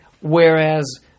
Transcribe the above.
whereas